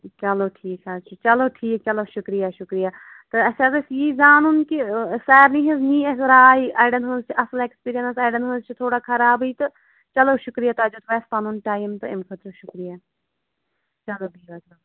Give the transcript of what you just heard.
چلو ٹھیٖک حظ چھُ چلو ٹھیٖک چلو شُکرِیا شُکرِیا تہٕ اَسہِ حظ اوس یی زانُن کہِ سارِنٕے ہٕنٛز نِیہِ اَسہِ راے اَڈٮ۪ن ہٕنٛز چھِ اَصٕل اٮ۪کٔسپیٖرینَس اَڈٮ۪ن ہٕنٛز چھِ تھوڑا خرابٕے تہٕ چلو شُکرِیا تۄہہِ دیُتوٕ اَسہِ پَنُن ٹایم تہٕ اَمہِ خٲطرٕ شُکرِیا چلو بِہِو حظ رۅبَس حوال